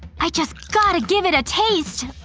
i just gotta give it a taste!